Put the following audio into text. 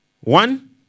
One